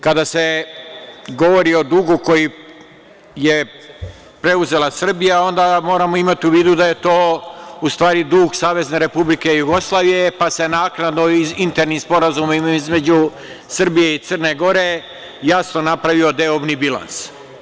Kada se govori o dugu koji je preuzela Srbija onda moramo imati u vidu da je to u stvari dug SRJ, pa se naknadno, internim sporazumima između Srbije i Crne Gore jasno napravio deobni bilans.